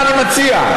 שלא יצטרכו גט?